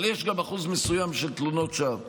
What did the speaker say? אבל יש גם אחוז מסוים של תלונות שווא,